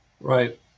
Right